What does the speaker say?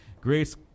Grace